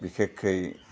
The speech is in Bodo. बिखेकखै